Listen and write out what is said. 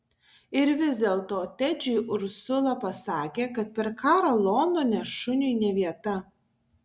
ir vis dėlto tedžiui ursula pasakė kad per karą londone šuniui ne vieta